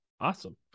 awesome